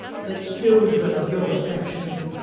the children of your affection,